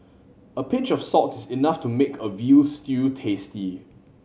a pinch of salt is enough to make a veal stew tasty